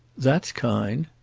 that's kind.